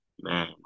man